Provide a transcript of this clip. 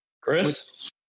Chris